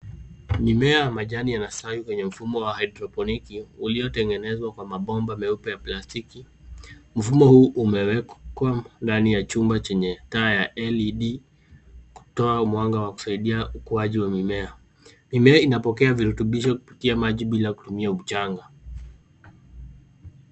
Mimea wa majani yanastawi kwenye mfumo wa haidroponiki uliotengenezwa kwa mabomba meupe ya plastiki. Mfumo huu umewekwa ndani ya chumba chenye taa ya LED kutoa mwanga wa kusaidia ukuaji wa mimea. Mimea inapokea virutubisho kutumia maji bila kutumia mchanga.